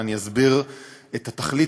התקבלה בקריאה ראשונה וחוזרת